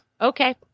Okay